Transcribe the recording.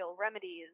remedies